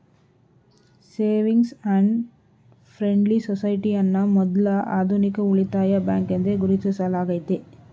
savings and friendly society ಅನ್ನ ಮೊದ್ಲ ಆಧುನಿಕ ಉಳಿತಾಯ ಬ್ಯಾಂಕ್ ಎಂದು ಗುರುತಿಸಲಾಗೈತೆ